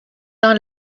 dans